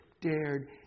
dared